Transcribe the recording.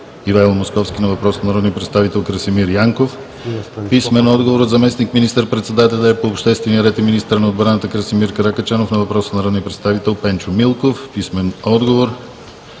Ивайло Московски на въпрос от народния представител Красимир Янков. - заместник министър-председателя по обществения ред и министър на отбраната Красимир Каракачанов на въпрос от народния представител Пенчо Милков. - министъра